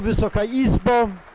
Wysoka Izbo!